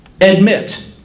admit